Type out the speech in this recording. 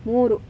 ಮೂರು